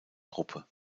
gruppe